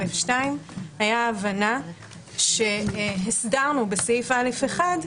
(א2) הייתה ההבנה שהסדרנו בסעיף קטן (א1)